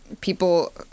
people